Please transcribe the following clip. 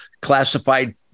classified